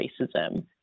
racism